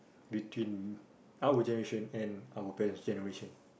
between our generation and our parents generation